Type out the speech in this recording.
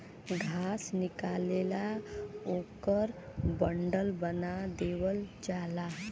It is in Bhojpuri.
घास निकलेला ओकर बंडल बना देवल जाला